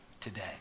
today